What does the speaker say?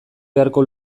beharko